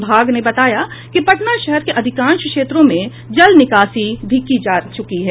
विभाग ने बताया है कि पटना शहर के अधिकांश क्षेत्रों में जल निकासी की जा चुकी है